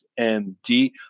MD